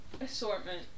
Assortment